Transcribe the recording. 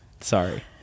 Sorry